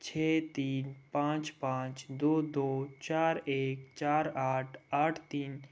छ तीन पाँच पाँच दो दो चार एक चार आठ आठ तीन